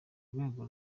rwego